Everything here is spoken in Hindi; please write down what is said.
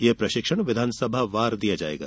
यह प्रशिक्षण विधानसभावार दिया जायेगा